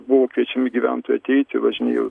buvo kviečiami gyventojai ateiti važinėjo